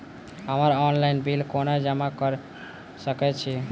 हम्मर online bill कोना जमा कऽ सकय छी?